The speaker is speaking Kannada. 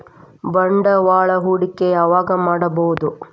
ಬಂಡವಾಳ ಹೂಡಕಿ ಯಾವಾಗ್ ಮಾಡ್ಬಹುದು?